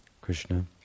Krishna